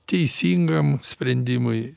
teisingam sprendimui